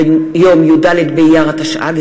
ביום י"ד באייר התשע"ג,